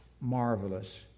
marvelous